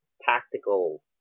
tactical